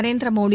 Narendra Modi